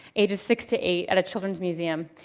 ages six to eight, at a children's museum,